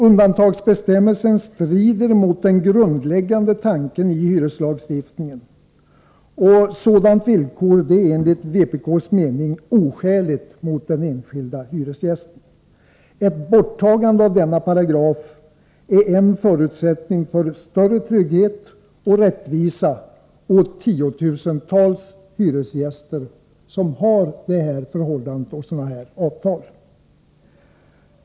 Undantagsbestämmelsen strider mot den grundläggande tanken i hyreslagstiftningen, och sådant villkor är enligt vpk:s mening oskäligt mot den enskilda hyresgästen. Ett borttagande av denna paragraf är en förutsättning för större trygghet och rättvisa åt tiotusentals hyresgäster som har sådana förhållanden och sådana avtal.